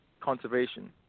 conservation